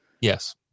yes